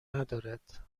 ندارد